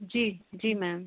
जी जी मैम